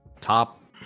top